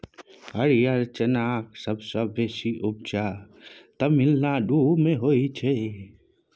हरियर चनाक सबसँ बेसी उपजा तमिलनाडु मे होइ छै